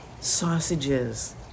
Sausages